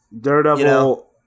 Daredevil